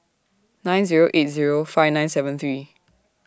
nine Zero eight Zero five nine seven three